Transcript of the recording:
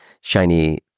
shiny